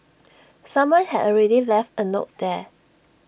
someone had already left A note there